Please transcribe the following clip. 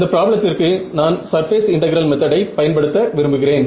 இந்தப் பிராப்ளத்திற்கு நான் சர்பேஸ் இன்டெகிரல் மெத்தடை பயன்படுத்த விரும்புகிறேன்